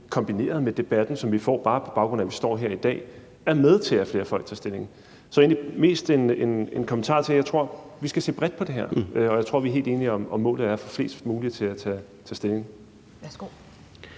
kombineret med debatten, som vi får bare på baggrund af, at vi står her i dag, er med til, at flere folk tager stilling. Så det er egentlig mest en kommentar, altså at jeg tror, at vi skal se bredt på det her, og at jeg tror, at vi er helt enige om, at målet er at få flest mulige til at tage stilling. Kl.